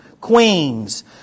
queens